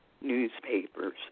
newspapers